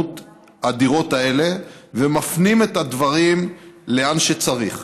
הדירות האלה ומפנים את הדברים לאן שצריך.